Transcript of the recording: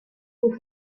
des